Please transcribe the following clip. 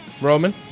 Roman